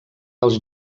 als